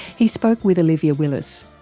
he spoke with olivia willis.